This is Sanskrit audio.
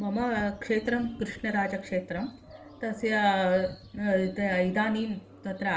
मम क्षेत्रं कृष्णराजक्षेत्रं तस्य इदानीं तत्र